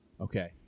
Okay